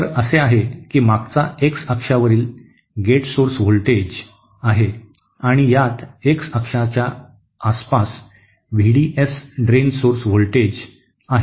तर असे आहे की मागचा एक्स अक्षावरील गेट सोर्स व्होल्टेज आहे आणि यात एक्स अक्षाच्या आसपास V D S drain source voltage आहे